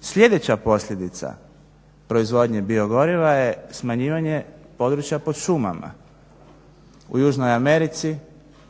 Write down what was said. Sljedeća posljedica proizvodnje biogoriva je smanjivanje područja pod šumama. U Južnoj Americi,